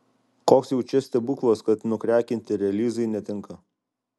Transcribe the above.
koks jau čia stebuklas kad nukrekinti relyzai netinka